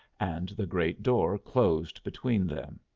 and the great door closed between them.